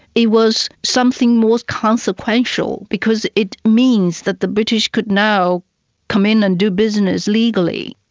it was something more consequential because it means that the british could now come in and do business legally.